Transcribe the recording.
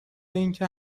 اینکه